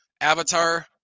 avatar